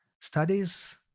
studies